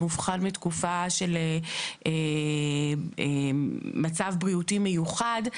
במאובחן מתקופה של מצב בריאותי מיוחד,